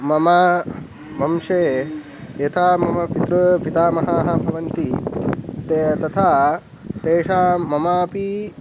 मम वंशे यथा मम पितृपितामहः भवन्ति ते तथा तेषां ममापि